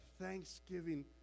thanksgiving